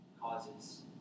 causes